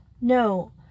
No